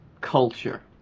Culture